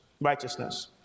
righteousness